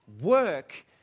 work